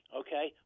okay